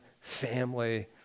family